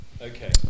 Okay